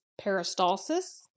peristalsis